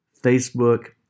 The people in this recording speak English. Facebook